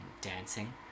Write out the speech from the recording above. dancing